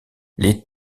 les